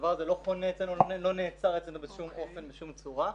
הדבר הזה לא חונה אצלנו ולא נעצר אצלנו בשום אופן ובשום צורה.